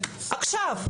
עכשיו,